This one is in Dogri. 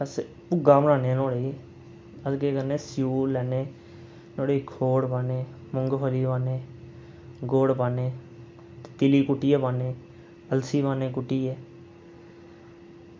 अस भुग्गा बनान्ने नुहाड़े ई अस केह् करने स्यूल लैन्ने नुहाड़े ई खोड़ पान्ने मूंगफली पान्ने गुड़ पान्ने तिल ई कुट्टियै पान्ने अल्सी पान्ने कुट्टियै